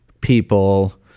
people